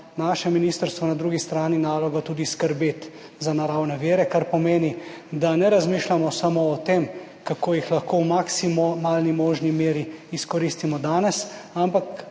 naše ministrstvo na drugi strani nalogo tudi skrbeti za naravne vire, kar pomeni, da ne razmišljamo samo o tem, kako jih lahko v maksimalni možni meri izkoristimo danes, ampak